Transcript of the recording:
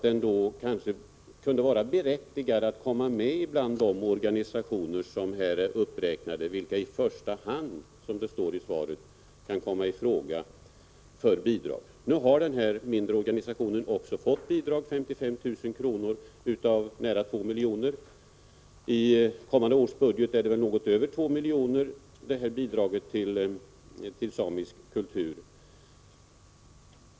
Den borde därför komma med bland de organisationer vilka i första hand, som det står i svaret, kan komma i fråga för bidrag. Nu har den här mindre organisationen också fått bidrag, 55 000 kr. av nära 2 milj.kr. — i kommande års budget uppgår bidraget till samisk kultur till något över 2 milj.kr.